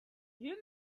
you